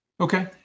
Okay